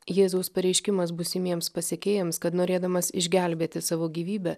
jėzaus pareiškimas būsimiems pasekėjams kad norėdamas išgelbėti savo gyvybę